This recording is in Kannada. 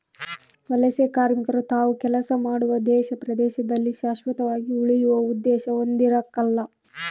ವಲಸೆಕಾರ್ಮಿಕರು ತಾವು ಕೆಲಸ ಮಾಡುವ ದೇಶ ಪ್ರದೇಶದಲ್ಲಿ ಶಾಶ್ವತವಾಗಿ ಉಳಿಯುವ ಉದ್ದೇಶ ಹೊಂದಿರಕಲ್ಲ